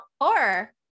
horror